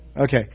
Okay